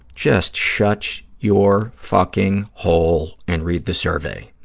just shut your fucking hole and read the survey.